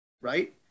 right